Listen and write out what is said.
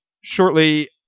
shortly